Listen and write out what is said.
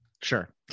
sure